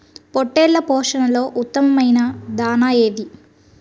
పొట్టెళ్ల పోషణలో ఉత్తమమైన దాణా ఏది?